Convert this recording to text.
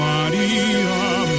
Maria